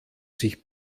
sich